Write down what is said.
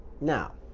Now